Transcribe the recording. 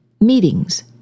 meetings